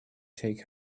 take